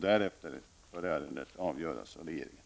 Därefter bör ärendet avgöras av regeringen.